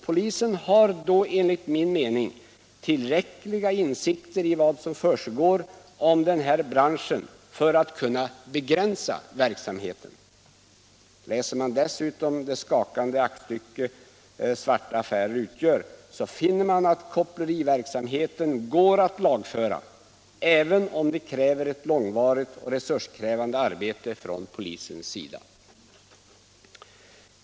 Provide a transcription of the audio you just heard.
Polisen har enligt min mening tillräckliga insikter i vad som försiggår inom den här branschen för att begränsa verksamheten. Läser man dessutom det skakande aktstycke Svarta affärer utgör, så finner man att koppleriverksamheten går att lagföra, även om det fordrar ett långvarigt och resurskrävande arbete från polisens sida.